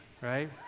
right